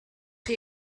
chi